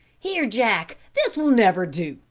here, jack, this will never do,